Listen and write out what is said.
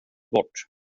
bort